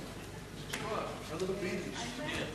כיושב-ראש סיעת